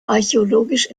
archäologisch